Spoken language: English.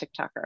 TikToker